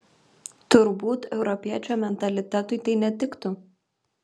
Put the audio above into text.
turbūt europiečio mentalitetui tai netiktų